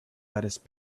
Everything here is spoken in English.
lettuce